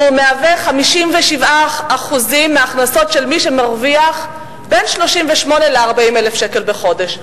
והוא מהווה 75% מההכנסות של מי שמרוויח בין 38,000 ל-40,000 שקל בחודש.